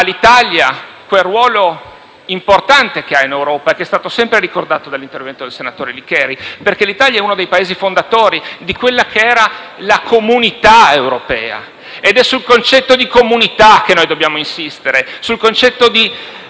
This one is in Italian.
all'Italia quel ruolo importante che ha in Europa, come è stato ricordato dall'intervento del senatore Licheri. L'Italia è uno dei Paesi fondatori di quella che era la Comunità europea ed è sul concetto di comunità che dobbiamo insistere, sul concetto di